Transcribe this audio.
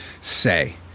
say